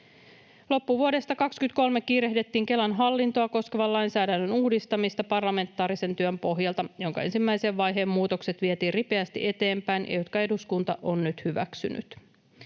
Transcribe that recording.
Loppuvuodesta 23 kiirehdittiin Kelan hallintoa koskevan lainsäädännön uudistamista parlamentaarisen työn pohjalta, jonka ensimmäisen vaiheen muutokset vietiin ripeästi eteenpäin, ja ne eduskunta on nyt hyväksynyt.